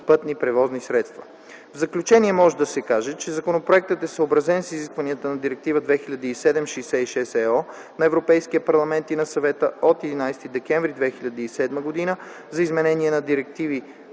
пътни превозни средства”. ІV. В заключение може да се каже, че законопроектът е съобразен с изискванията на Директива 2007/66/ЕО на Европейския парламент и на Съвета от 11 декември 2007 г. за изменение на директиви